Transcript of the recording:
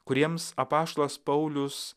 kuriems apaštalas paulius